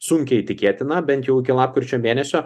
sunkiai tikėtina bent jau iki lapkričio mėnesio